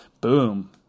Boom